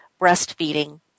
breastfeeding